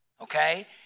okay